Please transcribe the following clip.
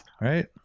right